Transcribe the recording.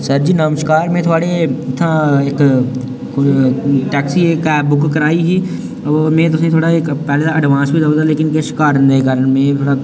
sir ji नमस्कार में थोआढ़ै इत्थां इक टैक्सी इक ऐप्प बुक कराई ही में तु'सेंई थोह्ड़ा इक पैह्ले दा एड्वांस बी देई ओड़े दा लेकिन किश कारण नेईं में